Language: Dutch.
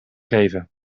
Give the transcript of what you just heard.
geven